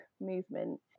movement